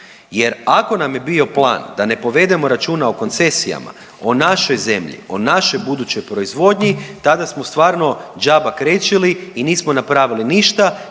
jer ako nam je bio plan da ne povedemo računa o koncesijama, o našoj zemlji, o našoj budućoj proizvodnji tada smo stvarno džaba krečili i nismo napravili ništa